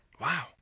Wow